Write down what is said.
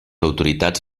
autoritats